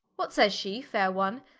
what sayes she, faire one?